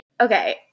okay